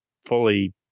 Fully